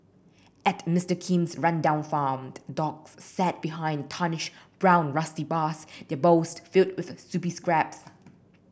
at Mister Kim's rundown farm dogs sat behind tarnished brown rusty bars their bowls filled with soupy scraps